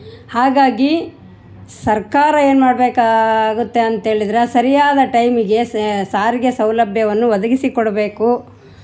ಹಾಗಾಗಿ ಸರ್ಕಾರ ಏನು ಮಾಡಬೇಕಾಗುತ್ತೆ ಅಂತ ಹೇಳಿದ್ರೆ ಸರಿಯಾದ ಟೈಮಿಗೆ ಸಾರಿಗೆ ಸೌಲಭ್ಯವನ್ನು ಒದಗಿಸಿ ಕೊಡಬೇಕು